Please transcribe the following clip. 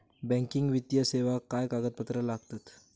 Banking वित्तीय सेवाक काय कागदपत्र लागतत?